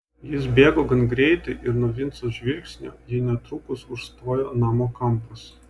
jis bėgo gan greitai ir nuo vinco žvilgsnio jį netrukus užstojo namo kampas